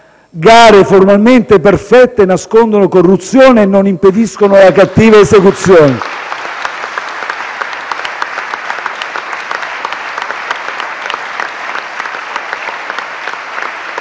gare formalmente perfette nascondono corruzione e non impediscono la cattiva esecuzione. *(Applausi